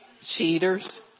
Cheaters